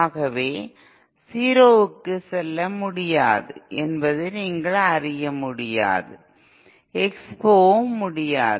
ஆகவே 0 க்குச் செல்ல முடியாது என்பதை நீங்கள் அறிய முடியாது எக்ஸ்போவும் முடியாது